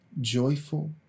joyful